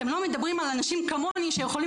אתם לא מדברים על אנשים כמוני שיכולים